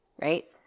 right